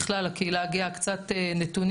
בכלל על הקהילה הגאה קצת נתונים,